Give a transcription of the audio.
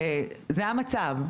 זה המצב.